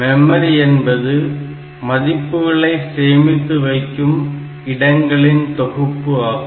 memory என்பது மதிப்புகளை சேமித்து வைக்கும் இடங்களின் தொகுப்பு ஆகும்